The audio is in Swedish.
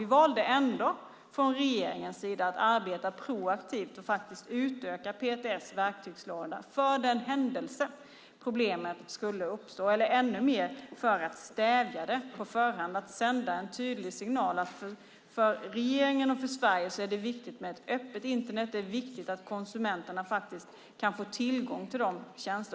Vi valde ändå från regeringens sida att arbeta proaktivt och faktiskt utöka PTS verktygslåda för den händelse problemet skulle uppstå, eller ännu mer för att stävja det på förhand och sända en tydlig signal att det för regeringen och Sverige är viktigt med ett öppet Internet och viktigt att konsumenterna faktiskt kan få tillgång till dessa tjänster.